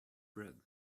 bread